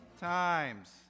times